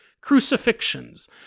crucifixions